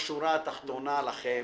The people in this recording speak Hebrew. מה שאני מנסה לומר בשורה התחתונה לכם,